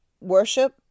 worship